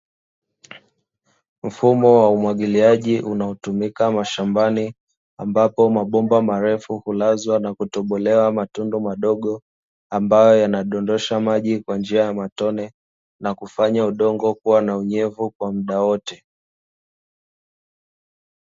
Mfumo wa umwagiliaji unaotumika mashambani, ambapo mabomba marefu hulazwa na kutobolewa matundu madogo ambayo yanadondosha maji kwa njia ya matone, na kufanya udongo kuwa na unyevu kwa mda wote.